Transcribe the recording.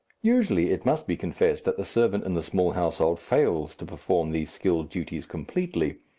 usually it must be confessed that the servant in the small household fails to perform these skilled duties completely.